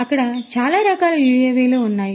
అక్కడ చాలా రకాల యుఎవిలు ఉన్నాయి